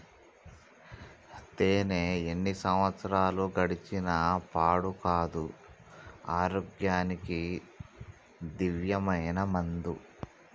తేనే ఎన్ని సంవత్సరాలు గడిచిన పాడు కాదు, ఆరోగ్యానికి దివ్యమైన మందు